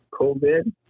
COVID